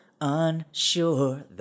unsure